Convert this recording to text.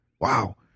Wow